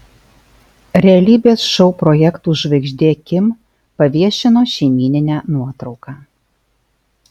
realybės šou projektų žvaigždė kim paviešino šeimyninę nuotrauką